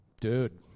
dude